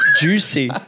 Juicy